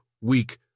weak